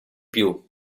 più